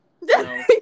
No